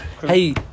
Hey